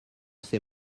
sais